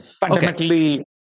Fundamentally